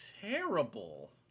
terrible